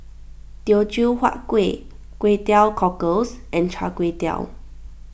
Teochew Huat Kuih Kway Teow Cockles and Char Kway Teow